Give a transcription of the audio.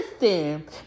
listen